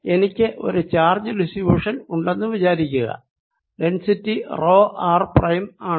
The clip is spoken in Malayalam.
എനിക്ക് ഒരു ചാർജ് ഡിസ്ട്രിബ്യുഷൻ ഉണ്ടെന്ന് വിചാരിക്കുക ഡെന്സിറ്റി റോ r പ്രൈം ആണ്